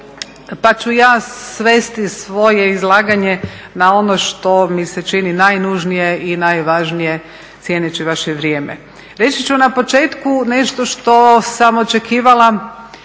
pa ću ja svesti svoje izlaganje na ono što mi se čini najnužnije i najvažnije, cijeneći vaše vrijeme. Reći ću na početku nešto što sam očekivala,